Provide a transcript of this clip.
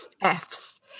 F's